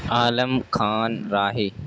عالم Khan راہی